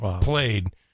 played